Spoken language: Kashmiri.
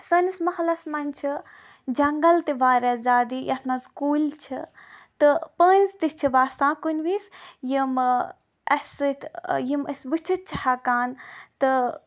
سٲنِس محلَس منٛز چھِ جنگل تہِ واریاہ زیادٕ یَتھ منٛز کُلۍ چھِ تہٕ پٔنز تہِ چھِ وَسان کنہِ وِز یِم اَسہِ سۭتۍ یِم أسۍ وُچھِتھ چھِ ہیٚکان تہٕ